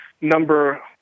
number